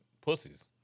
pussies